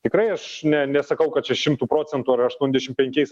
tikrai aš ne nesakau kad čia šimtu procentų ar aštuoniasdešim penkiais